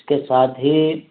اس کے ساتھ ہی